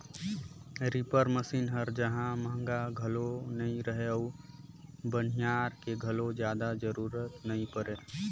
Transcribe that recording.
reaper machine हर जहां महंगा घलो नई रहें अउ बनिहार के घलो जादा जरूरत नई परे